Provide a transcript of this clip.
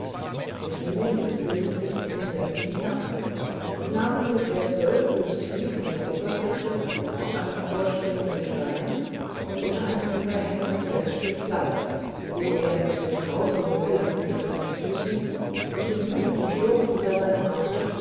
mit mühe ließ wilm sich in denselben hinab und nahm ungefähr fuß tief von der oberfläche auf einem vorspringenden stein und unter einem überhängenden felsenstück platz wo er mit den brausenden wellen unter seinen füßen und dem wütenden sturm über seinem haupte